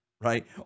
right